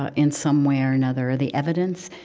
ah in some way or another, or the evidence,